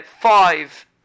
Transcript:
five